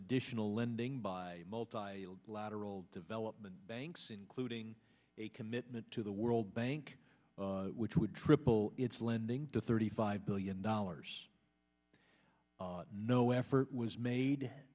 additional lending by lateral development banks including a commitment to the world bank which would triple its lending to thirty five billion dollars no effort was made